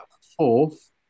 fourth